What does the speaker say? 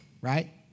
right